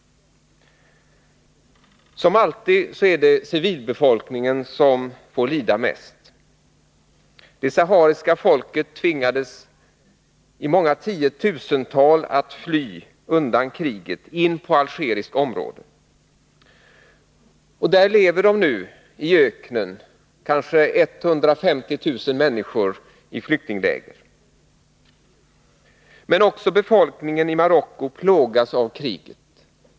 Som alltid är det civilbefolkningen som får lida mest. Det sahariska folket tvingades i många tiotusental att fly undan kriget in på algeriskt område, och där lever nu i öknen kanske 150 000 människor i flyktingläger. Men också befolkningen i Marocko plågas av kriget.